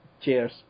Cheers